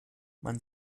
man